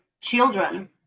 children